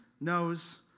knows